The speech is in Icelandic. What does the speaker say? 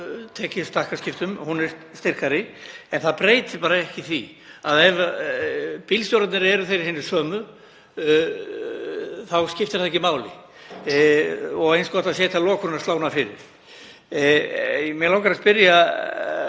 hefur tekið stakkaskiptum. Hún er styrkari. Það breytir ekki því að ef bílstjórarnir eru þeir hinir sömu skiptir það ekki máli og eins gott að setja lokunarslána fyrir. Mig langar aðeins